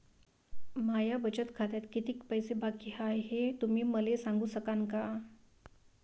माया बचत खात्यात कितीक पैसे बाकी हाय, हे तुम्ही मले सांगू सकानं का?